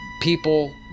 people